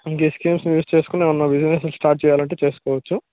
అంటే ఈ స్కీమ్స్ని యూజ్ చేసుకుని ఏమన్నా బిజినెస్ స్టార్ట్ చెయ్యాలి అంటే చేసుకోవచ్చు